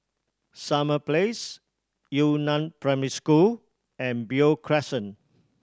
Summer Place Yu Neng Primary School and Beo Crescent